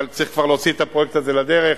אבל צריך כבר להוציא את הפרויקט הזה לדרך,